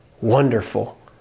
Wonderful